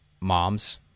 moms